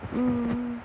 mmhmm